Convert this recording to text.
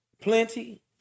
plenty